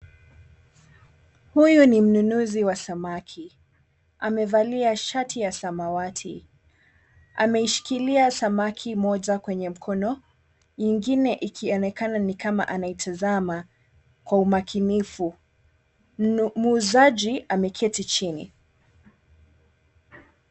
Huyu ni mnunuzi wa samaki amevalia shati ya samawati, ameishikilia samaki moja kwenye mkono ingine ikionekana ni kama anaitazama kwa umakinifu. Muuzaji ameketi chini.